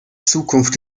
zukunft